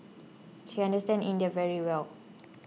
she understand India very well